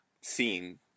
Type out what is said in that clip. scene